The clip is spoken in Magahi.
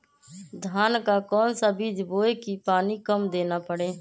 धान का कौन सा बीज बोय की पानी कम देना परे?